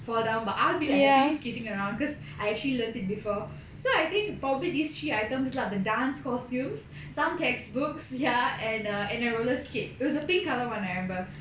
fall down but I'll be like happily skating around because I actually learnt it before so I think probably these three items lah the dance costumes some textbooks ya and a and a roller skate it was a pink colour one I remember